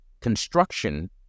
construction